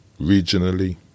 regionally